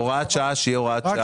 הוראת שעה, שיהיה הוראת שעה.